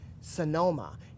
Sonoma